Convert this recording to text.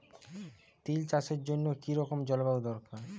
তিল চাষের জন্য কি রকম জলবায়ু দরকার?